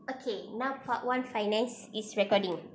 okay now part one finance is recording